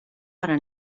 para